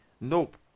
Nope